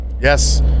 Yes